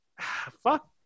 Fuck